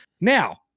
Now